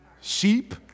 Sheep